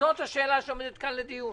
זאת השאלה שעומדת כאן לדיון.